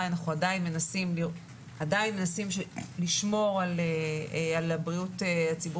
יש עניין של היגיון,